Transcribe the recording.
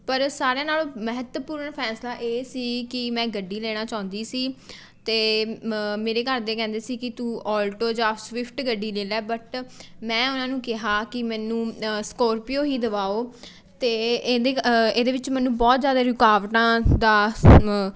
ਪਰ ਸਾਰਿਆਂ ਨਾਲੋਂ ਮਹੱਤਵਪੂਰਨ ਫੈਸਲਾ ਇਹ ਸੀ ਕਿ ਮੈਂ ਗੱਡੀ ਲੈਣਾ ਚਾਹੁੰਦੀ ਸੀ ਅਤੇ ਮੇਰੇ ਘਰ ਦੇ ਕਹਿੰਦੇ ਸੀ ਕਿ ਤੂੰ ਔਲਟੋ ਜਾਂ ਸਵਿਫਟ ਗੱਡੀ ਲੈ ਲਾ ਬਟ ਮੈਂ ਉਹਨਾਂ ਨੂੰ ਕਿਹਾ ਕਿ ਮੈਨੂੰ ਸਕੋਰਪੀਓ ਹੀ ਦਿਵਾਉ ਅਤੇ ਇਹਦੀ ਇਹਦੇ ਵਿੱਚ ਮੈਨੂੰ ਬਹੁਤ ਜ਼ਿਆਦਾ ਰੁਕਾਵਟਾਂ ਦਾ